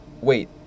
Wait